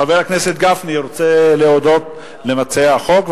חבר הכנסת גפני רוצה להודות למציעי החוק,